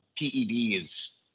PEDs